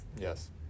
Yes